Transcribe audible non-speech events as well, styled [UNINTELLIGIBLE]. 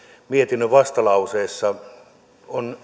mietinnön vastalauseessa on [UNINTELLIGIBLE]